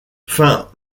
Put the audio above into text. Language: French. fin